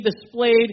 displayed